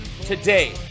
today